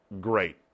great